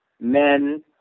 men